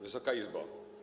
Wysoka Izbo!